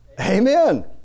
Amen